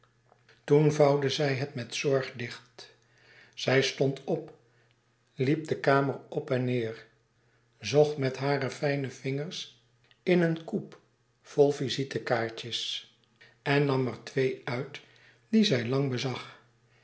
toen vouwde zij het met zorg dicht zij stond op liep de kamer op en neêr zocht met hare fijne vingers in een coupe vol visitekaartjes en nam er twee uit die zij lang bezag